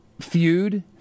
feud